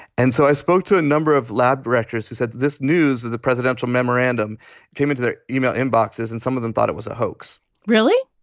and so i spoke to a number of lab directors who said this news that the presidential memorandum came into their yeah e-mail inboxes and some of them thought it was a hoax really?